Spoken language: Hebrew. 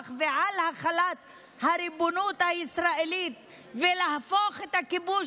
ועל החלת הריבונות הישראלית ולהפוך את הכיבוש,